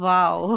Wow